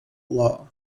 law